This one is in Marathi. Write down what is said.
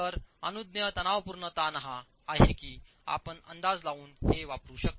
तर अनुज्ञेय तणावपूर्ण ताण हा आहे की आपण अंदाज लावून हे वापरू शकता